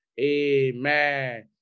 Amen